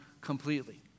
completely